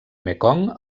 mekong